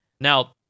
Now